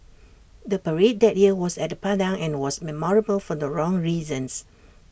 the parade that year was at the Padang and was memorable for the wrong reasons